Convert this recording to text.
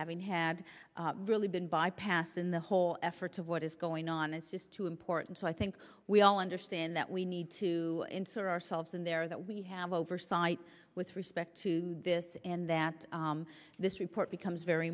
having had really been bypassed in the whole effort of what is going on is just too important so i think we all understand that we need to enter ourselves in there that we have oversight with respect to this and that this report becomes very